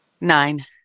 Nine